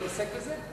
להתעסק בזה?